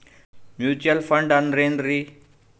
Mutual fund ಅಂದ್ರೆನ್ರಿ?